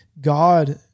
God